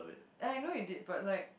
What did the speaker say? I know you did but like